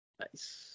Nice